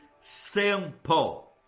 simple